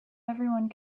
everyone